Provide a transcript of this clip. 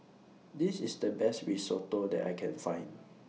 This IS The Best Risotto that I Can Find